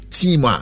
team